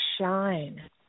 shine